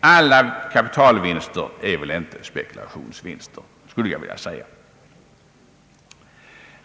alla kapitalvinster är inte spekulationsvinster.